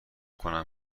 کنم